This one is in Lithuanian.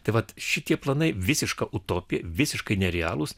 tai vat šitie planai visiška utopija visiškai nerealūs